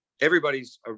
everybody's